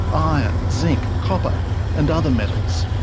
iron, zinc, copper and other metals.